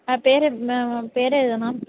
ആ പേരെഴുതണം പേരെഴുതണം